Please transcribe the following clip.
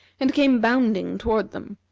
and came bounding toward them.